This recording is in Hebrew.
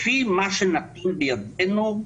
לפי מה שנתון בידינו,